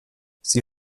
sie